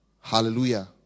Hallelujah